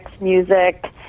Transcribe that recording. music